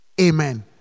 Amen